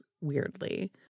weirdly